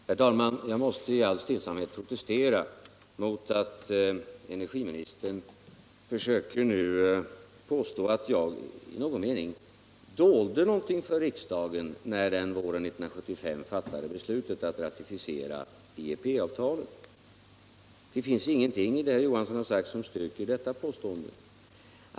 Herr talman! Jag måste i all stillsamhet protestera mot att energiministern försöker påstå att jag i någon mening dolde någonting för riksdagen när den våren 1975 fattade beslutet att ratificera IEP-avtalet. Det finns ingenting i det som herr Johansson sagt som styrker detta påstående.